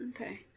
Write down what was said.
Okay